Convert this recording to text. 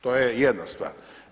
To je jedna stvar.